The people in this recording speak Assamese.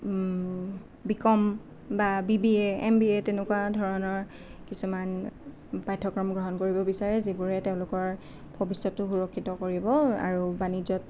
বি কম বা B B A M B A তেনেকুৱা ধৰণৰ কিছুমান পাঠ্যক্ৰম গ্ৰহণ কৰিব বিচাৰে যিবোৰে তেওঁলোকৰ ভৱিষ্যতটো সুৰক্ষিত কৰিব আৰু বাণিজ্যত